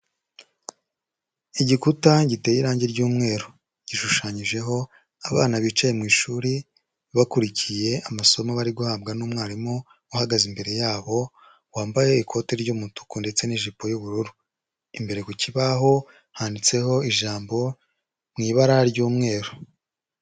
Igikuta giteye irange ry'umweru, gishushanyijeho abana bicaye mu ishuri bakurikiye amasomo bari guhabwa n'umwarimu uhagaze imbere yabo wambaye ikote ry'umutuku ndetse n'ijipo y'ubururu, imbere ku kibaho handitseho ijambo mu ibara ry'umweru.